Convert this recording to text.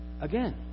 again